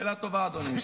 שאלה טובה, אדוני.